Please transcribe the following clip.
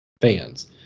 fans